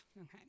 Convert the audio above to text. okay